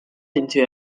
into